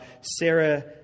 Sarah